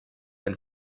and